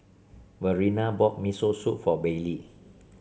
Verena bought Miso Soup for Baylie